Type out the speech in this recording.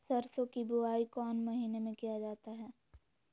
सरसो की बोआई कौन महीने में किया जाता है?